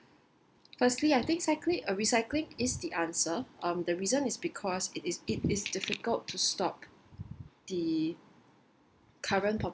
firstly I think cyclin~ recycling is the answer um the reason is because it is it is difficult to stop the current